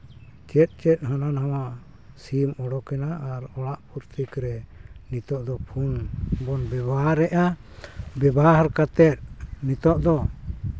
ᱪᱮᱫ ᱪᱮᱫ ᱦᱟᱱᱟ ᱱᱟᱣᱟ ᱥᱤᱢ ᱚᱰᱳᱠᱮᱱᱟ ᱟᱨ ᱚᱲᱟᱜ ᱯᱨᱚᱛᱛᱮᱠ ᱨᱮ ᱱᱤᱛᱳᱜ ᱫᱚ ᱯᱷᱳᱱ ᱵᱚᱱ ᱵᱮᱵᱚᱦᱟᱨᱮᱫᱼᱟ ᱵᱮᱵᱚᱦᱟᱨ ᱠᱟᱛᱮᱫ ᱱᱤᱛᱚᱜ ᱫᱚ